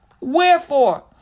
Wherefore